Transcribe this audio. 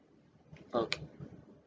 okay